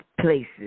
places